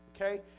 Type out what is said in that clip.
okay